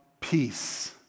peace